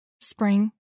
spring